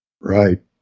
Right